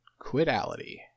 quidality